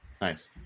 nice